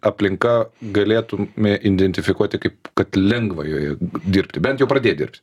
aplinka galėtume identifikuoti kaip kad lengva joje dirbti bent jau pradėt dirbti